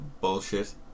bullshit